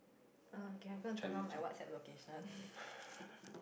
err can I go and turn on my WhatsApp location